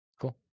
cool